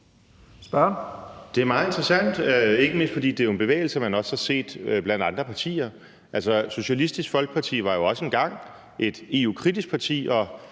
Det er meget interessant, ikke mindst fordi det jo er en bevægelse, man også har set blandt andre partier. Altså, Socialistisk Folkeparti var jo også engang et EU-kritisk parti